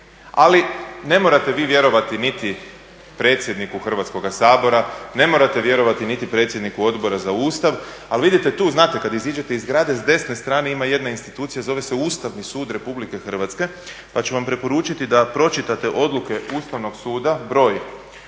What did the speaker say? ali ne morate vi vjerovati niti predsjedniku Hrvatskoga sabora, ne morate vjerovati niti predsjedniku Odbora za Ustav, ali vidite, tu znate kada iziđete iz zgrade, s desne strane ima jedna institucija, zove se Ustavni sud RH, pa ću vam preporučiti da pročitate odluke Ustavnog suda broj